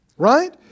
Right